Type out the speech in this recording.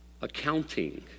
Accounting